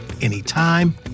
anytime